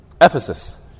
Ephesus